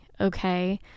okay